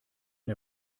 der